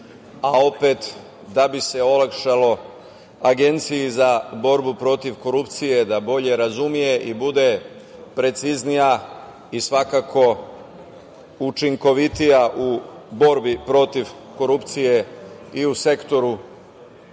a opet da bi se olakšalo Agenciji za borbu protiv korupcije da bolje razume i bude preciznija i svakako učinkovitija u borbi protiv korupcije i u sektoru